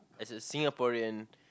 as a Singaporean